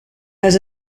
has